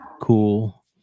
cool